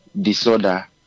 disorder